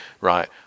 Right